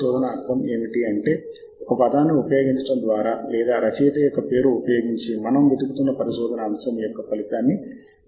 శోధన ఫలితాలను క్రమబద్ధీకరించే ప్రతి పద్ధతి ప్రకారం వాటిని ఎంచుకోండి వ్యతిరేకంగా ఉన్న పెట్టెను టిక్ చేయడం ద్వారా ఆ అంశాలు మీ సాహిత్య శోధనకు ముఖ్యమైనవి అని మీరు భావిస్తారు